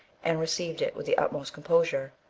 and received it with the utmost composure.